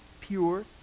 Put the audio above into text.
pure